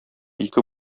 ике